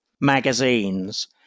magazines